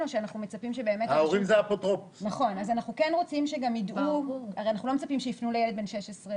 אדם שקיבל שני חיסונים.